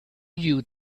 you